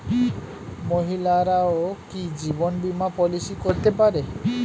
মহিলারাও কি জীবন বীমা পলিসি করতে পারে?